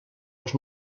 els